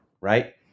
right